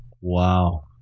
Wow